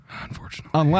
Unfortunately